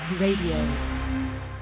Radio